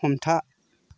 हमथा